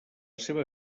seva